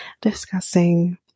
discussing